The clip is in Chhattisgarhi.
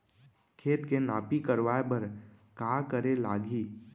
खेत के नापी करवाये बर का करे लागही?